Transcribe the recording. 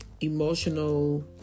emotional